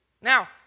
Now